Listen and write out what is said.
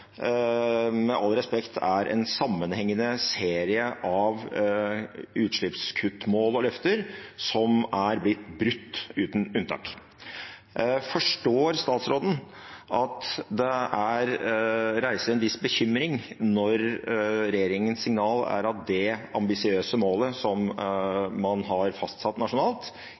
med all respekt – en sammenhengende serie av utslippskuttmål og løfter som er blitt brutt, uten unntak. Forstår statsråden at det reiser en viss bekymring når regjeringens signal er at det ambisiøse målet man har fastsatt nasjonalt,